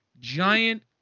Giant